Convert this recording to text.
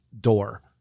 door